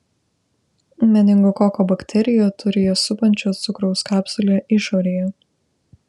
meningokoko bakterija turi ją supančią cukraus kapsulę išorėje